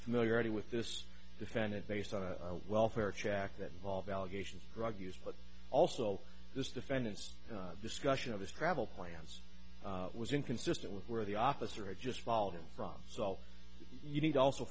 familiarity with this defendant based on a welfare check that involved allegations drug use but also this defendant's discussion of his travel plans was inconsistent with where the officer just followed him from so you need to also